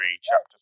chapter